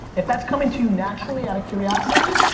if that's coming to you naturally out of curiosity,